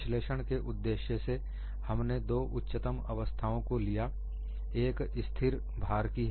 विश्लेषण के उद्देश्य से हमने दो उच्चतम अवस्थाओं को लिया एक स्थिर भार की है